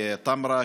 טמרה,